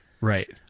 Right